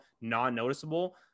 non-noticeable